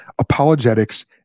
Apologetics